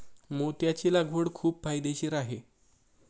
मोत्याची लागवड खूप फायदेशीर आहे